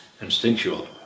instinctual